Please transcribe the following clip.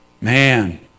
Man